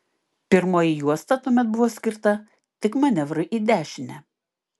pirmoji juosta tuomet buvo skirta tik manevrui į dešinę